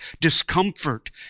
discomfort